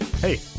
hey